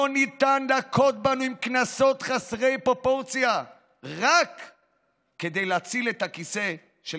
לא ניתן להכות בנו עם קנסות חסרי פרופורציה רק כדי להציל את הכיסא של